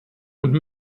und